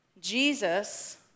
Jesus